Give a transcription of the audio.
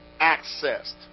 accessed